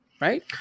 Right